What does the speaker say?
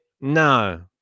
No